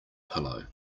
pillow